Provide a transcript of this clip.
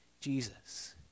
Jesus